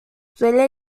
suele